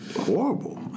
horrible